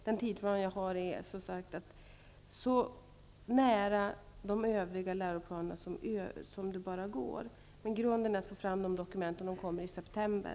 Den tidplan jag har är att det här skall utformas så nära i tiden med de övriga läroplanerna som det bara går. Grunden är att få fram dokumenten till september.